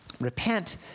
Repent